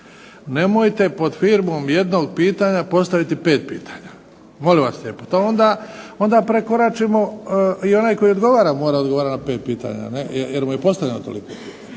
Nemojte pod firmom jednog pitanja postaviti pet pitanja. Molim vas lijepo. To onda, onda prekoračimo i onaj koji odgovara mora odgovarati na pet pitanja jer mu je postavljeno toliko.